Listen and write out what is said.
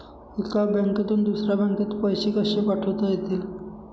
एका बँकेतून दुसऱ्या बँकेत पैसे कसे पाठवता येतील?